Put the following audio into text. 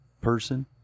person